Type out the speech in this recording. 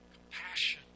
Compassion